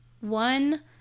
one